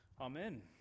Amen